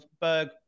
Berg